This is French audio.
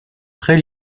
très